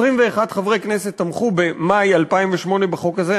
21 חברי כנסת תמכו במאי 2008 בחוק הזה.